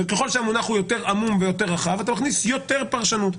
ככל שהמונח יותר עמום ויותר רחב אתה מכניס יותר פרשנות.